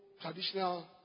traditional